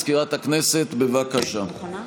שאלת שאלה, עניתי לך, נכון?